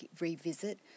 revisit